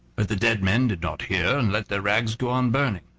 but the dead men did not hear and let their rags go on burning.